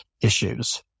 issues